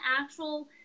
actual